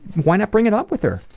why not bring it up with her,